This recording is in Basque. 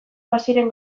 baziren